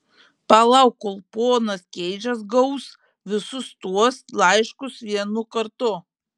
palauk kol ponas keidžas gaus visus tuos laiškus vienu kartu